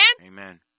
Amen